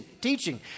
teaching